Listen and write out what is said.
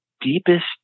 deepest